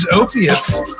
opiates